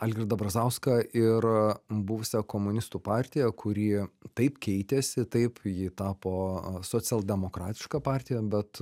algirdą brazauską ir buvusią komunistų partiją kuri taip keitėsi taip ji tapo socialdemokratiška partija bet